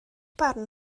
barn